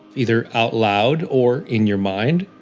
either out loud or in your mind.